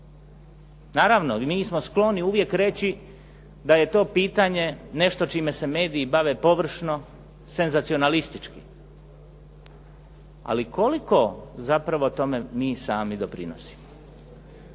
Naravno mi smo skloni uvijek reći da je to pitanje nešto čime se mediji bave površno, senzacionalistički. Ali koliko zapravo tome mi sami doprinosimo?